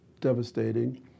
devastating